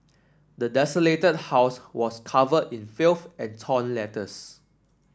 the desolated house was covered in filth and torn letters